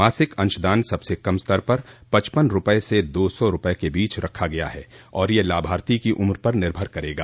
मासिक अंशदान सबसे कम स्तर पर पचपन रुपये से दो सौ रुपये के बीच रखा गया है और यह लाभार्थी की उम्र पर निर्भर करेगा